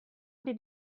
did